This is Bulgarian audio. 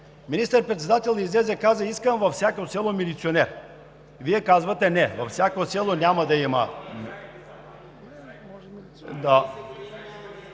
Министър-председателят излезе и каза, че иска във всяко село милиционер. Вие казвате – не, във всяко село няма да има...